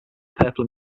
purple